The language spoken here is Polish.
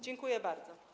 Dziękuję bardzo.